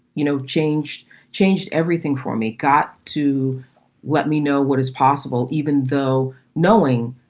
you know, changed changed everything for me. got to let me know what is possible, even though knowing